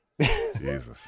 Jesus